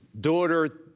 daughter